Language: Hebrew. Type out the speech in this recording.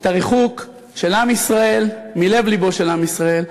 את הריחוק של עם ישראל מלב-לבו של עם ישראל,